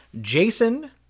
jason